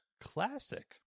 Classic